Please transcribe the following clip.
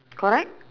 correct